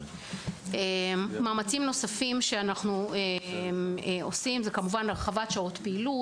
מאמצים נוספים: הרחבת שעות פעילות.